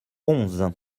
onze